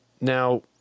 Now